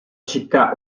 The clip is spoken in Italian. città